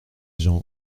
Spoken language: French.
jean